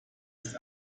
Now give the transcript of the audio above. ist